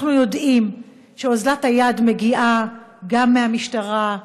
אנחנו יודעים שאוזלת היד מגיעה גם מהמשטרה,